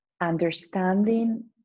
understanding